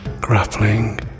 grappling